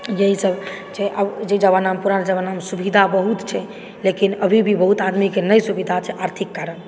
यही सब छै आब जे जमाना पुराना जमानामे सुविधा बहुत छै लेकिन अभी भी बहुत आदमीके नहि सुविधा छै आर्थिक कारण